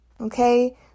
Okay